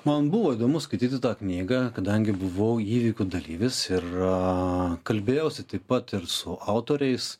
man buvo įdomu skaityti tą knygą kadangi buvau įvykių dalyvis ir kalbėjausi taip pat ir su autoriais